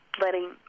letting